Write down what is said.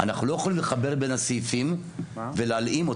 אנחנו לא יכולים לחבר בין הסעיפים ולהעלים אותו,